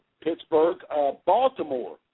Pittsburgh-Baltimore